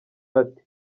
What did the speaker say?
ati